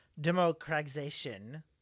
Democratization